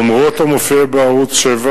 למרות מה שמופיע בערוץ-7,